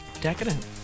Decadent